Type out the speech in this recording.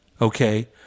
okay